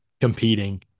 competing